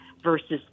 versus